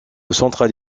centrale